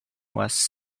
was